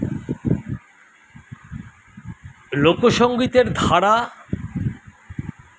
লোকসঙ্গীতের ধারা